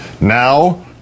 Now